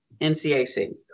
NCAC